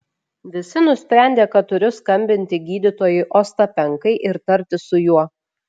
visi nusprendė kad turiu skambinti gydytojui ostapenkai ir tartis su juo